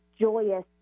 joyous